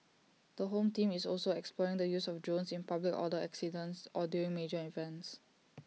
the home team is also exploring the use of drones in public order incidents or during major events